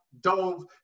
dove